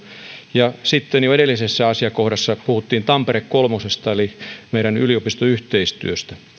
ja sitten jo edellisessä asiakohdassa puhuttiin tampere kolmesta eli meidän yliopistoyhteistyöstä